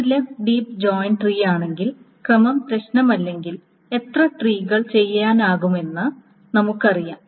ഒരു left deep join ട്രീയാണെങ്കിൽ ക്രമം പ്രശ്നമല്ലെങ്കിൽ എത്ര ട്രീകൾ ചെയ്യാനാകുമെന്നത് നമുക്കറിയാം